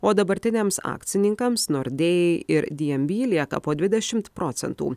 o dabartiniams akcininkams nordėjai ir dnb lieka po dvidešimt procentų